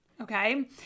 okay